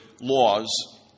laws